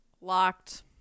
Locked